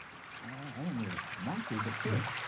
i don't really want to, but sure.